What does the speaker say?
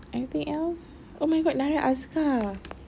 anything else oh my god narya azkar